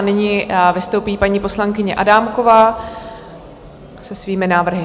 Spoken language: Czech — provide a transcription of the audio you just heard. Nyní vystoupí paní poslankyně Adámková se svými návrhy.